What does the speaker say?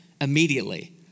immediately